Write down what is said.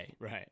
Right